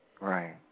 Right